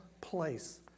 place